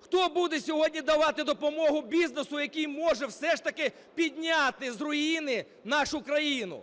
Хто буде сьогодні давати допомогу бізнесу, який може все ж таки підняти з руїни нашу країну?